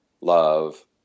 Love